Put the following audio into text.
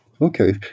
Okay